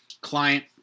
client